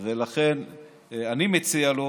בעניין הזה, ולכן אני מציע לו